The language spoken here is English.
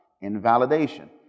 Invalidation